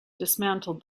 dismantled